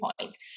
points